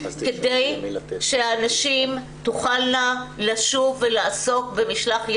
כדי שהנשים תוכלנה לשוב ולעסוק במשלח ידן,